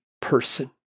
person